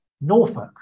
Norfolk